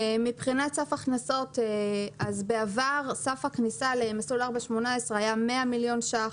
מבחינת סף הכנסות בעבר סף הכניסה למסלול 4.18 היה 100 מיליון שקלים.